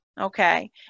Okay